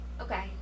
Okay